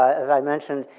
as i mentioned,